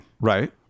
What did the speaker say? Right